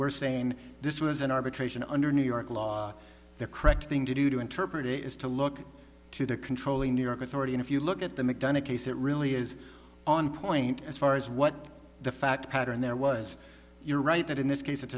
we're saying this was an arbitration under new york law the correct thing to do to interpret it is to look to the controlling new york authority and if you look at the mcdonough case that really is on point as far as what the fact pattern there was you're right that in this case it's